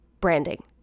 branding